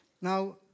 Now